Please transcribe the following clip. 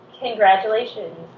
Congratulations